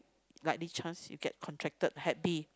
likely chance you get contracted Hep B